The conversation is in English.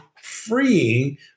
freeing